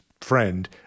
friend